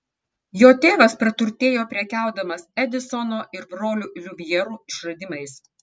jo tėvas praturtėjo prekiaudamas edisono ir brolių liumjerų išradimais